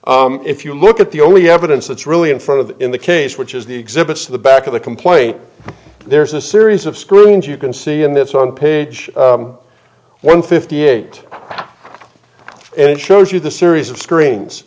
if you look at the only evidence that's really in front of in the cage which is the exhibits to the back of the complaint there's a series of screw and you can see in this on page one fifty eight and it shows you the series of screens